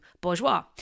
Bourgeois